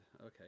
okay